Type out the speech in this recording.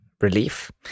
relief